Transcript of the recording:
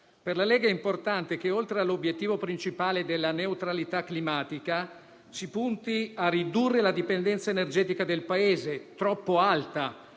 Per la Lega è importante che, oltre all'obiettivo principale della neutralità climatica, si punti a come ridurre la dipendenza energetica del Paese troppo alta;